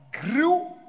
grew